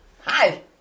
hi